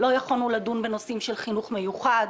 לא יכולנו לדון בנושאים של חינוך מיוחד,